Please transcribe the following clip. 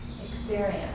experience